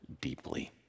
deeply